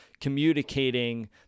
communicating